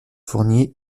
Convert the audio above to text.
fournier